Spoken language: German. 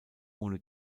ohne